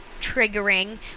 triggering